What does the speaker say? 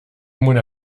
mona